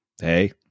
hey